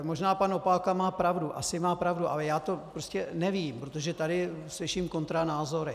Možná pan Opálka má pravdu, asi má pravdu, ale já to prostě nevím, protože tady slyším kontranázory.